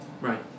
Right